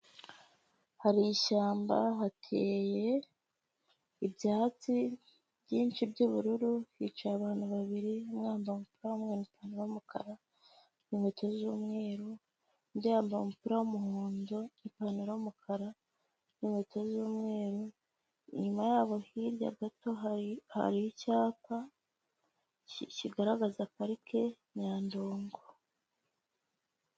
Hari ishyamba, hateye ibyatsi byinshi by'ubururu. Hicaye abantu babiri umwe yambaye agapira k'umukara n'inkweto z'umweru. Undi yambaye umupira w'umuhondo, ipantaro y'umukara n'inkweto z'umweru. Inyuma hirya gato hari icyapa kigaragaza parike nyandungu.